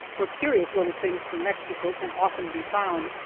where curious little things from mexico can often be found,